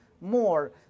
more